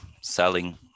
selling